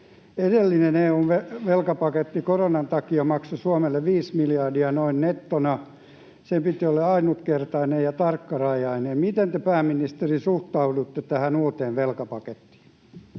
Edellinen EU:n velkapaketti koronan takia maksoi Suomelle noin 5 miljardia nettona. Sen piti olla ainutkertainen ja tarkkarajainen. Miten te, pääministeri, suhtaudutte tähän uuteen velkapakettiin?